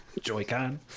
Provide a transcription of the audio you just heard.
joy-con